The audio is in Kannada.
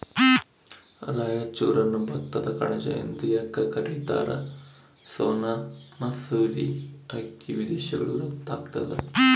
ರಾಯಚೂರನ್ನು ಭತ್ತದ ಕಣಜ ಎಂದು ಯಾಕ ಕರಿತಾರ? ಸೋನಾ ಮಸೂರಿ ಅಕ್ಕಿ ವಿದೇಶಗಳಿಗೂ ರಫ್ತು ಆಗ್ತದ